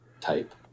type